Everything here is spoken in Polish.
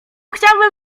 chciałbym